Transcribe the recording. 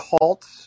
halt